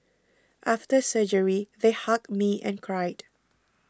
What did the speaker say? after surgery they hugged me and cried